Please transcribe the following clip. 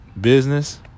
business